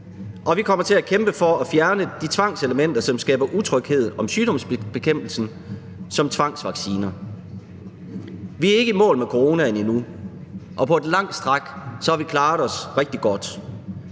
Og vi kommer til at kæmpe for at fjerne de tvangselementer, som skaber utryghed om sygdomsbekæmpelsen, f.eks. tvangsvacciner. Vi er ikke i mål med coronaen endnu, og på et langt stræk har vi klaret os rigtig godt.